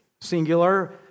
singular